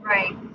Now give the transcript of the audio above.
Right